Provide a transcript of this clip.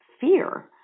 fear